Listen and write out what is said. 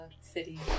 city